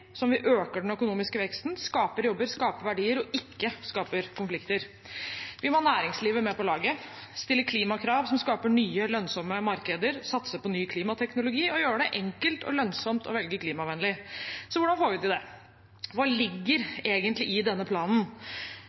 som vi øker den økonomiske veksten, skaper jobber, skaper verdier og ikke skaper konflikter. Vi må ha næringslivet med på laget, stille klimakrav som skaper nye, lønnsomme markeder, satse på ny klimateknologi og gjøre det enkelt og lønnsomt å velge klimavennlig. Så hvordan får vi til det? Hva ligger egentlig i denne planen?